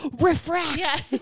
refract